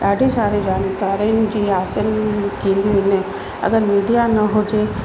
ॾाढी सारी जानकारियुनि जी आसिन थींदियूं आहिनि अगरि मीडिया न हुजे